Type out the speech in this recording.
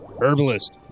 Herbalist